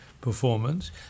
performance